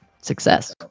success